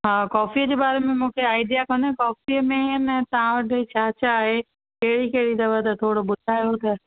हा कॉफी जे बारे में मूंखे आइडिया कोन्हे कॉफीअ में न तव्हां वटि छा छा आहे कहिड़ी कहिड़ी अथव त थोरो ॿुधायो त